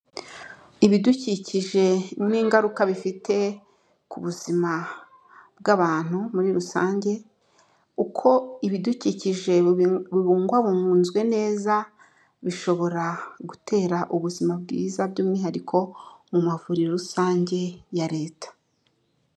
Ibidukikije n'ingaruka bifite ku buzima bw'abantu muri rusange, uko ibidukikije bibungwabunzwe neza, bishobora gutera ubuzima bwiza by'umwihariko mu mavuriro rusange ya leta.